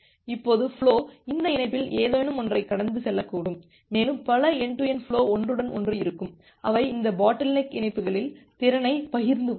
இப்போது ஃபுலோ இந்த இணைப்பில் ஏதேனும் ஒன்றைக் கடந்து செல்லக்கூடும் மேலும் பல என்டு டு என்டு ஃபுலோ ஒன்றுடன் ஒன்று இருக்கும் அவை இந்த பாட்டில்நெக் இணைப்புகளில் திறனைப் பகிர்ந்து கொள்ளும்